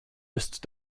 ist